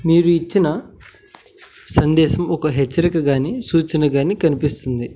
మీరు ఇచ్చిన సందేశం ఒక హెచ్చరికగా కానీ సూచనగా కానీ కనిపిస్తుంది